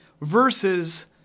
versus